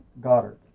Goddard